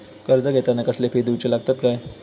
कर्ज घेताना कसले फी दिऊचे लागतत काय?